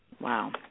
Wow